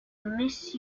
miss